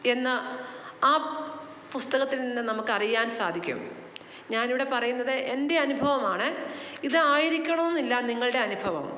എന്ന് ആ പുസ്തകത്തിൽ നിന്ന് നമുക്കറിയാന് സാധിക്കും ഞാനിവിടെ പറയുന്നത് എന്റെ അനുഭവമാണ് ഇത് ആയിരിക്കണം എന്നില്ല നിങ്ങളുടെ അനുഭവം